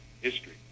history